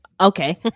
Okay